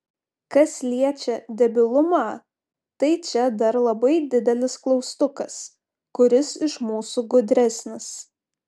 kas liečia debilumą tai čia dar labai didelis klaustukas kuris iš mūsų gudresnis